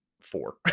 four